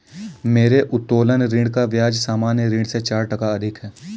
मेरे उत्तोलन ऋण का ब्याज सामान्य ऋण से चार टका अधिक है